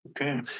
Okay